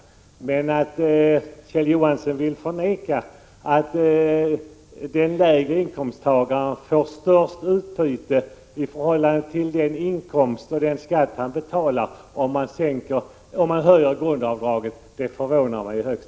Det förvånar mig i högsta grad att Kjell Johansson vill förneka att den lägre inkomsttagaren får störst utbyte i förhållande till den inkomst han har och den skatt han betalar, om man höjer grundavdraget.